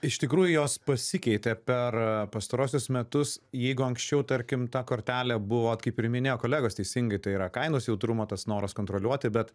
iš tikrųjų jos pasikeitė per pastaruosius metus jeigu anksčiau tarkim ta kortelė buvo vat kaip ir minėjo kolegos teisingai yra kainos jautrumo tas noras kontroliuoti bet